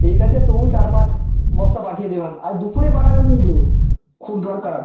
ঠিক আছে তবু চার পাঁচ বস্তা পাঠিয়ে দেবেন আর দুপুরে পাঠাবেন কিন্তু খুব দরকার